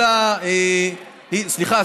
סליחה,